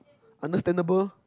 understandable